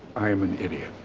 i am an idiot.